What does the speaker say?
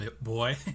boy